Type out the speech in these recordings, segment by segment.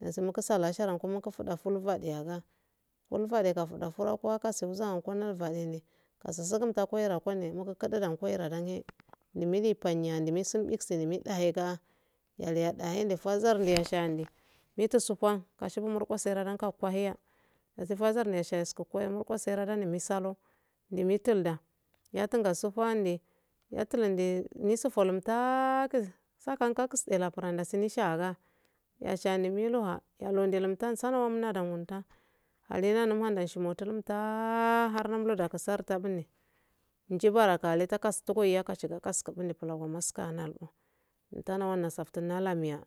muku fudaful fadeyaa ful fade gafuda furro kuw kasu zaga kanenye fadene kasugu kwaira konne mugkududan koira danne nimili fanya miksin isini mikdahel ga yalmadahen fazarde sha hende mitu sufa kabu murku sera dasi bazar bislo ndu mitulda yatemga sufande yatu linde misu folumtagu sakan kakodela yalonde mutumta salama mundahumta alenanum hada shumofulutaa ar numluda kusarta bune njibara haahale takastugoye yakashika kastig maskanallo tana wuna saftun wananliya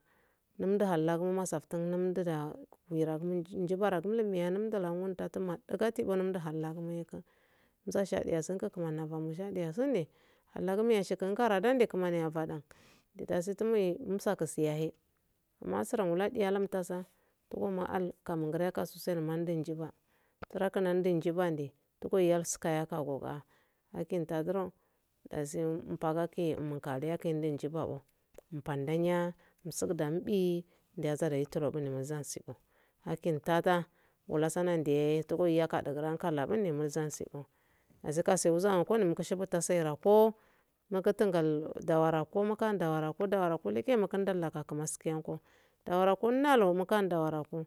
numdu halla nu saftun numduda wiragu njibana gumnu ndatum mufasha deyaso kumani afomo shadeyasonde halkgumne miyashi kumani a fadan dasi tumne musaksiya dayi masuran guladiya lumtasa usel mandijiba tura kuman dunjiande a kinta duro dasi mfaga keye umhun kaliya keyend jibo mf andanya umsugudam mbi akintata ulasana ndeye tugoroyaka une uzansio uzan mukutungal dawaa ko muka dawarako tekemukul dlkumasiyenkodawako nnalo mukan dawarako